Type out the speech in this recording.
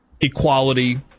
equality